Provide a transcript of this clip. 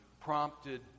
prompted